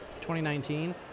2019